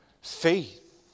faith